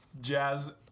jazz